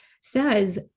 says